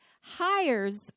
hires